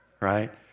right